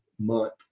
month